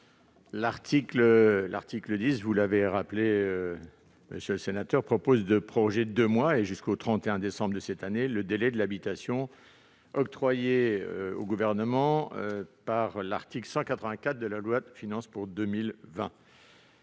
? Comme vous l'avez rappelé, cet article 10 vise à proroger de deux mois et jusqu'au 31 décembre de cette année le délai de l'habilitation octroyé au Gouvernement par l'article 184 de la loi de finances pour 2020.